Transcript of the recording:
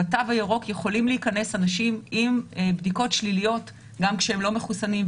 בתו הירוק יכולים להיכנס אנשים עם בדיקות שליליות גם כשהם לא מחוסנים.